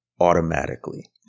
automatically